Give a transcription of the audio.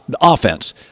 offense